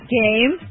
game